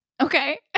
Okay